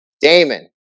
damon